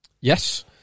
Yes